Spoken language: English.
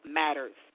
matters